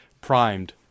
primed